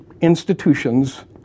institutions